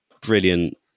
brilliant